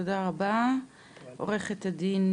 תודה רבה לעורכת הדין